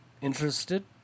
interested